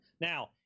Now